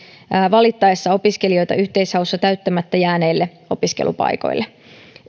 valittaessa opiskelijoita yhteishaussa täyttämättä jääneille opiskelupaikoille